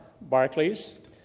Barclays